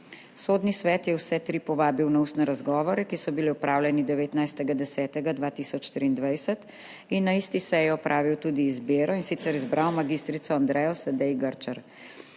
Sodni svet je vse tri povabil na ustne razgovore, ki so bili opravljeni 19. 10. 2023 in na isti seji opravil tudi izbiro, in sicer izbral mag. Andrejo Sedej Grčar.